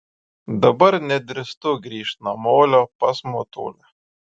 dabar nedrįstu grįžt namolio pas motulę